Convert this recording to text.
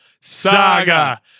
Saga